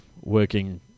working